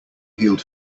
healed